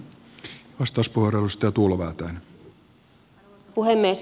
arvoisa puhemies